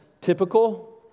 typical